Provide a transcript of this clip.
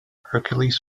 hercules